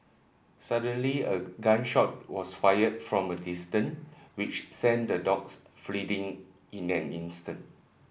suddenly a gun shot was fired from a distance which sent the dogs fleeing in an instant